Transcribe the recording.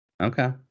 Okay